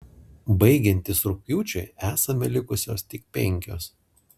baigiantis rugpjūčiui esame likusios tik penkios